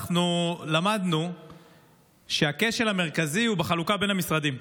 למדנו שהכשל המרכזי הוא בחלוקה בין המשרדים,